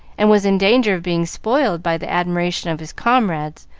and was in danger of being spoiled by the admiration of his comrades,